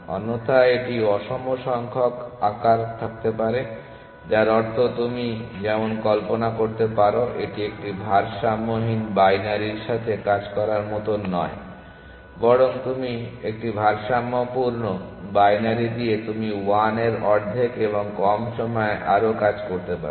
অন্যথায় একটি অসম সংখ্যক আকার থাকতে পারে যার অর্থ তুমি যেমন কল্পনা করতে পারো এটি একটি ভারসাম্যহীন বাইনারির সাথে কাজ করার মতো নয় বরং একটি ভারসাম্যপূর্ণ বাইনারি দিয়ে তুমি 1 এর অর্ধেক এবং কম সময়ে আরও কাজ করতে পারো